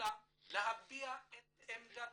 לכולם להביע את עמדתם.